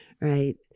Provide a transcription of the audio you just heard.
right